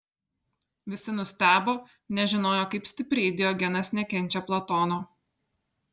visi nustebo nes žinojo kaip stipriai diogenas nekenčia platono